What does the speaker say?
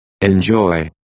Enjoy